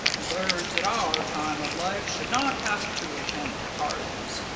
birds at our time of life should not have to attend parties,